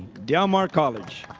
del mar college.